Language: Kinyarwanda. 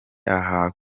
aha